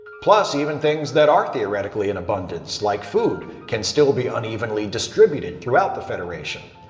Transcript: plus, even things that are theoretically in abundance, like food, can still be unevenly distributed throughout the federation.